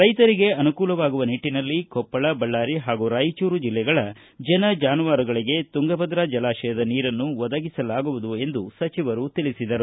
ರೈತರಿಗೆ ಅನುಕೂಲವಾಗುವ ನಿಟ್ಟನಲ್ಲಿ ಕೊಪ್ಪಳ ಬಳ್ಳಾರಿ ಹಾಗೂ ರಾಯಚೂರು ಜಿಲ್ಲೆಗಳ ಜನ ಜನುವಾರುಗಳಿಗೆ ತುಂಗಭದ್ರ ಜಲಾಶಯದ ನೀರನ್ನು ಒದಗಿಸಲಾಗುವುದು ಎಂದು ಸಚಿವರು ತಿಳಿಸಿದರು